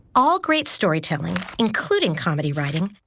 all great storytelling, including comedy writing,